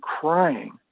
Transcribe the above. crying